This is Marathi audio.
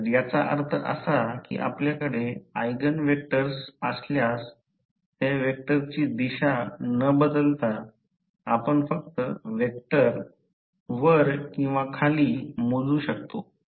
तर याचा अर्थ असा की आपल्याकडे ऎगेन व्हेक्टर्स असल्यास त्या व्हेक्टरची दिशा न बदलता आपण फक्त व्हेक्टर वर किंवा खाली मोजू शकतो